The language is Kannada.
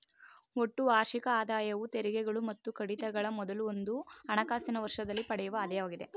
ಒಟ್ಟು ವಾರ್ಷಿಕ ಆದಾಯವು ತೆರಿಗೆಗಳು ಮತ್ತು ಕಡಿತಗಳ ಮೊದಲು ಒಂದು ಹಣಕಾಸಿನ ವರ್ಷದಲ್ಲಿ ಪಡೆಯುವ ಆದಾಯವಾಗಿದೆ